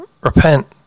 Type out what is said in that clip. Repent